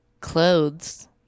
clothes